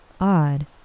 Odd